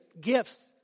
gifts